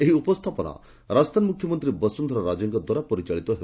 ଏହି ଉପସ୍ଥାପନା ରାଜସ୍ଥାନ ମୁଖ୍ୟମନ୍ତ୍ରୀ ବସୁନ୍ଧରା ରାଜେଙ୍କ ଦ୍ୱାରା ପରିଚାଳିତ ହେବ